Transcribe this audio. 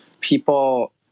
people